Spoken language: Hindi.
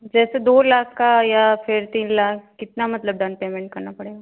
जैसे दो लाख का या फ़िर तीन लाख कितना मतलब डन पेमेन्ट करना पड़ेगा